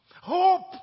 hope